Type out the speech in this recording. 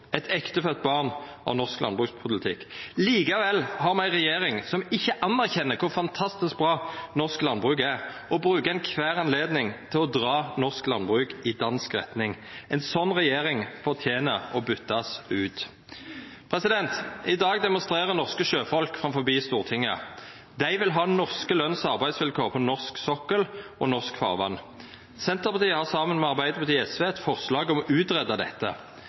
eit ektefødt barn av norsk landbrukspolitikk. Likevel har me ei regjering som ikkje anerkjenner kor fantastisk bra norsk landbruk er, og som bruker kvar anledning til å dra norsk landbruk i dansk retning. Ei slik regjering fortener å verta bytt ut. I dag demonstrerer norske sjøfolk utanfor Stortinget. Dei vil ha norske løns- og arbeidsvilkår på norsk sokkel og i norsk farvatn. Senterpartiet har, saman med Arbeidarpartiet og SV, eit forslag om å greia ut dette.